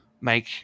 make